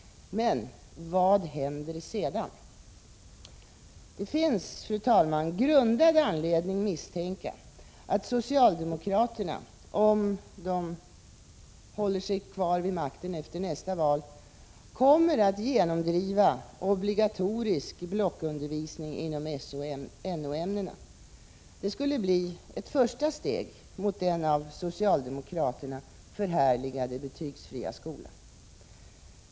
Men vad händer sedan? Det finns, fru talman, grundad anledning att misstänka att socialdemokraterna — om de håller sig kvar vid makten efter nästa val — kommer att genomdriva obligatorisk blockundervisning inom SO och NO-ämnena. Det skulle bli ett första steg mot den av socialdemokraterna förhärligade betygsfria skolan.